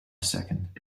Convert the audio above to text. second